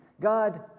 God